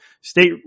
State